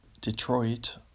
Detroit